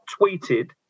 tweeted